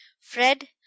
fred